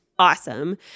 Awesome